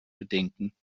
bedenken